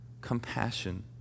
compassion